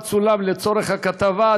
שבה צולם לצורך הכתבה,